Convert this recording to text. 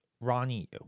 ronnie